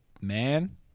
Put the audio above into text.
man